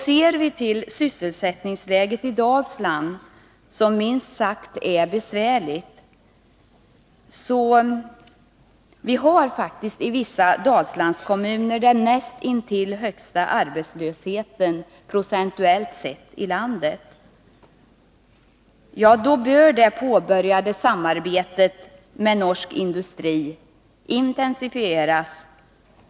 Ser vi till sysselsättningsläget i Dalsland, som minst sagt är mycket besvärligt — procentuellt sett är arbetslösheten i vissa Dalslandskommuner faktiskt den nästintill högsta i landet — kan vi konstatera att det påbörjade samarbetet med norsk industri bör intensifieras.